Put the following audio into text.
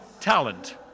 talent